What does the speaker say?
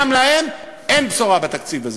גם להם אין בשורה בתקציב הזה.